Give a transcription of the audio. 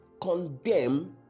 condemn